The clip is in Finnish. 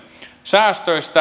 säästöistä